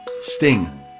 Sting